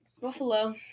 Buffalo